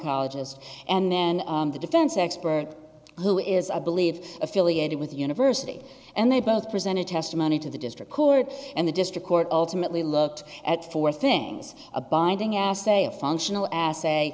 pharmacologist and then the defense expert who is a believe affiliated with the university and they both presented testimony to the district court and the district court ultimately looked at four things a binding assaye a functional assay